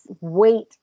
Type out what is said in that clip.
weight